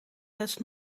has